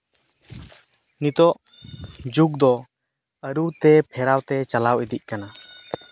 ᱱᱤᱛᱚᱜ ᱡᱩᱜᱽ ᱫᱚ ᱟᱹᱨᱩᱛᱮ ᱯᱷᱮᱨᱟᱣᱛᱮ ᱪᱟᱞᱟᱣ ᱤᱫᱤᱜ ᱠᱟᱱᱟ